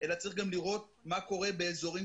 כמו למשל סיוע בטיפול במקומות